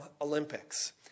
Olympics